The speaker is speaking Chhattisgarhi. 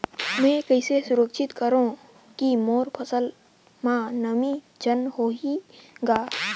मैं कइसे सुरक्षित करो की मोर फसल म नमी झन होही ग?